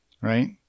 Right